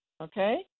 okay